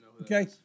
Okay